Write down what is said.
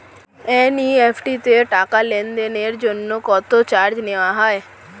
NEFT তে টাকা লেনদেনের জন্য কত চার্জ নেয়া হয়?